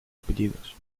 apellidos